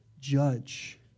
judge